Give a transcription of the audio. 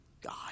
God